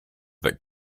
that